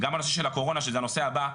גם הנושא של הקורונה שזה הנושא הבא,